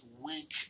week